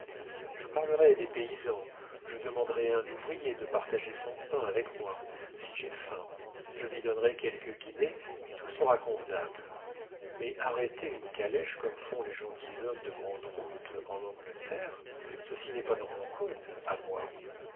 je parlerai à des paysans je demanderai à un ouvrier de partager son pain avec moi si j'ai faim je lui donnerai quelques guinées et tout sera convenable mais arrêter une calèche comme font les gentilshommes de grande route en angleterre ceci n'est pas dans mon code à moi